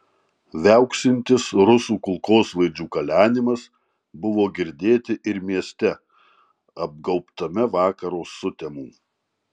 viauksintis rusų kulkosvaidžių kalenimas buvo girdėti ir mieste apgaubtame vakaro sutemų